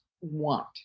want